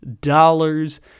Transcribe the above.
dollars